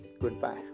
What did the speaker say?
goodbye